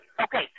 Okay